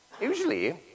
Usually